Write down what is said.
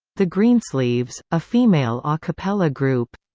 the greensleeves, a female a cappella group